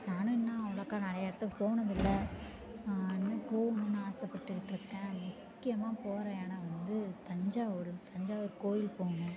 நானும் இன்னும் அவ்வளோக்கா நிறைய இடத்துக் போனதில்லை இன்னும் போவணுன்னு ஆசைப்பட்டுகிட்ருக்கேன் முக்கியமாக போகிற இடம் வந்து தஞ்சாவூர் தஞ்சாவூர் கோயில் போகனும்